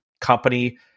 company